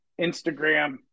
Instagram